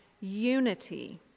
unity